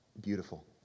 Beautiful